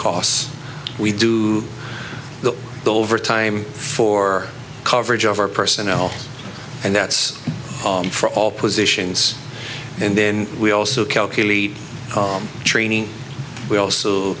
costs we do the overtime for coverage of our personnel and that's for all positions and then we also calculate training we also